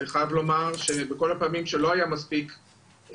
אני חייב לומר בכל הפעמים שלא היה מספיק חיבור,